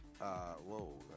Whoa